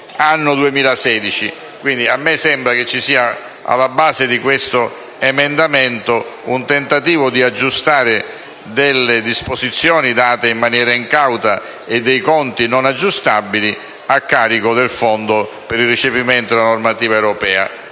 anno 2016. A me sembra che alla base di questo emendamento ci sia il tentativo di aggiustare delle disposizioni date in maniera incauta e dei conti non aggiustabili a carico del Fondo per il recepimento della normativa europea.